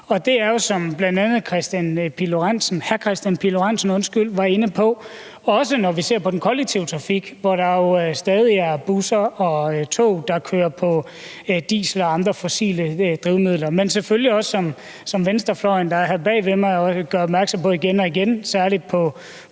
jo også, som bl.a. hr. Kristian Pihl Lorentzen var inde på, når vi ser på den kollektive trafik, hvor der stadig er busser og tog, der kører på diesel og andre fossile drivmidler. Men det gælder selvfølgelig også, som venstrefløjen, der sidder her bag ved mig, gør opmærksom på igen og igen, særlig